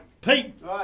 Pete